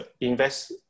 invest